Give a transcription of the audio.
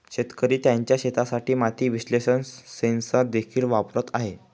शेतकरी त्यांच्या शेतासाठी माती विश्लेषण सेन्सर देखील वापरत आहेत